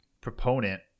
proponent